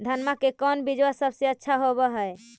धनमा के कौन बिजबा सबसे अच्छा होव है?